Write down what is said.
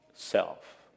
Self